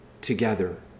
together